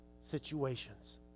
situations